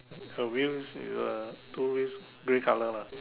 a wheels with a two wheels grey color lah